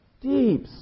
deep